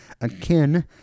akin